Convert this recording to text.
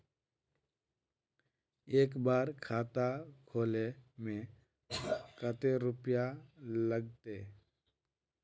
एक बार खाता खोले में कते रुपया लगते?